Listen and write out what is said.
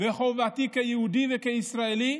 וחובתי כיהודי וכישראלי.